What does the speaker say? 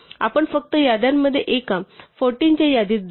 आपण फक्त याद्यांपैकी एका 14 च्या यादीत जातो